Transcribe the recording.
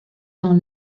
dans